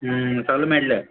सोगळें मेळटलें